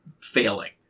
failing